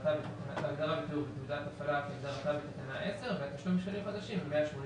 הגדרה ותיאור תעודת הפעלה כהגדרתה בתקנה 10. התשלום הוא 180 שקלים.